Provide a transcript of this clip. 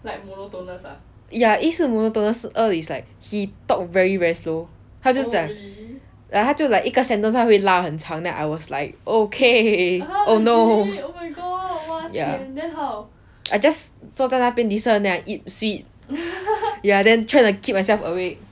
ya 一是 monotonous 二 is like he talk very very slow 他就是讲 like 他就 like 一个 sentence 就会拉很长这样 I was like okay oh no ya I just 坐在那边 listen and eat sweet ya then try to keep myself awake